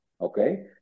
okay